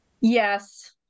Yes